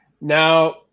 Now